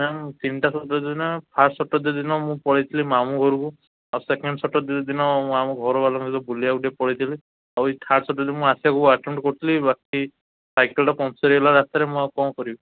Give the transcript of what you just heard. ଆଜ୍ଞା ମୁଁ ତିନିଟା ଦିନ ଫାଷ୍ଟ ସଟର୍ଡ଼େ ଦିନ ମୁଁ ପଳେଇଥିଲି ମାମୁଁ ଘରକୁ ଆଉ ସେକେଣ୍ଡ ସଟର୍ଡ଼େ ଦିନ ମୁଁ ଆମ ଘରବାଲାଙ୍କ ସହ ବୁଲିବାକୁ ଟିକେ ପଳାଇଥିଲି ଆଉ ଏ ଥାର୍ଡ଼୍ ସଟର୍ଡ଼େ ଦିନ ମୁଁ ଆସିବାକୁ ଆଟେଣ୍ଡ କରୁଥିଲି ବାକି ସାଇକେଲଟା ପମ୍ପଚର୍ ହେଇଗଲା ରାସ୍ତାରେ ମୁଁ ଆଉ କ'ଣ କରିବି